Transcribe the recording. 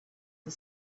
the